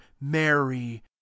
mary